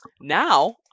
Now